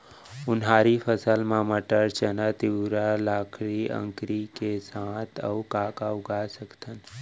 उनहारी फसल मा मटर, चना, तिंवरा, लाखड़ी, अंकरी के साथ अऊ का का उगा सकथन?